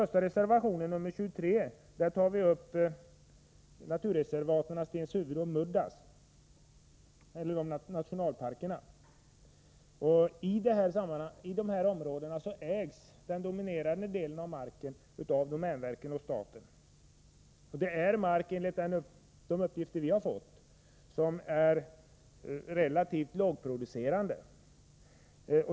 Reservation nr 23 handlar om nationalparkerna Stenshuvud och Muddus. Den dominerande delen av marken i dessa områden ägs av domänverket och staten. Marken är — enligt de uppgifter som vi har fått — relativt lågproducerande.